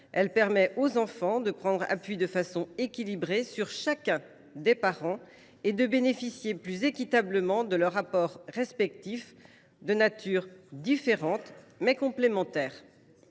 Elle permet aux enfants de prendre appui de façon équilibrée sur chacun des parents et de bénéficier plus équitablement de leurs apports respectifs de nature différente, mais complémentaires